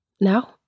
now